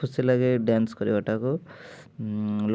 ଖୁସି ଲାଗେ ଡ୍ୟାନ୍ସ କରିବାଟାକୁ